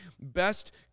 best